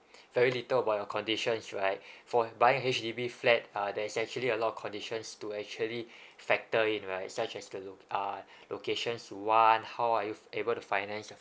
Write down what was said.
very little about your condition right for buying a H_D_B flat uh there is actually a lot of conditions to actually factor in right such as the loc~ uh locations one how are you able to finance your